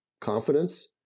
confidence